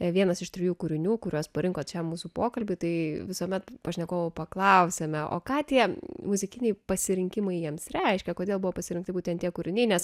vienas iš trijų kūrinių kuriuos parinkot šiam mūsų pokalbiui tai visuomet pašnekovų paklausiame o ką tie muzikiniai pasirinkimai jiems reiškia kodėl buvo pasirinkti būtent tie kūriniai nes